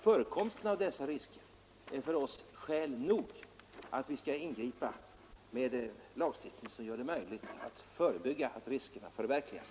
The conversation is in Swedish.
Förekomsten av dessa risker är för oss skäl nog att ingripa med en lagstiftning som gör det möjligt att förebygga att riskerna förverkligas.